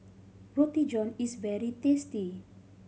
Roti John is very tasty